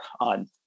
on